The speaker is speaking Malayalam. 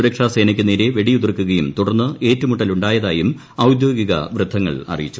സുരക്ഷാസേനയ്ക്ക് നേരെ വെടിയുതിർക്കുകയും തുടർന്ന് ഏറ്റുമുട്ടൽ ഉണ്ടായതായും ഔദ്യോഗിക വൃത്തങ്ങൾ അറിയിച്ചു